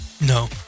No